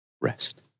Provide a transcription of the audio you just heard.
rest